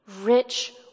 rich